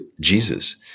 Jesus